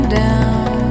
down